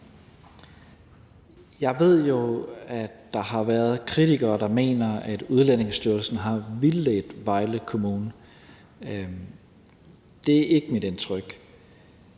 Jeg ved jo, at der har været kritikere, der mener, at Udlændingestyrelsen har vildledt Vejle Kommune. Det er ikke mit indtryk.